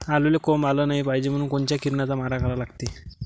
आलूले कोंब आलं नाई पायजे म्हनून कोनच्या किरनाचा मारा करा लागते?